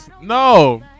no